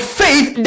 faith